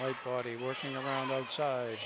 my body working around the outside